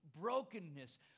brokenness